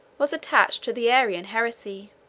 was attached to the arian heresy.